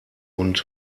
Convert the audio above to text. und